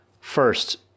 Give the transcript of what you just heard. First